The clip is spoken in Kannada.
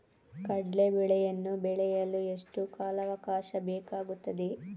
ಕಡ್ಲೆ ಬೇಳೆಯನ್ನು ಬೆಳೆಯಲು ಎಷ್ಟು ಕಾಲಾವಾಕಾಶ ಬೇಕಾಗುತ್ತದೆ?